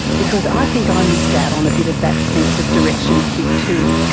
because i think i missed out on a bit of that sense of direction kit too.